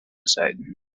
aside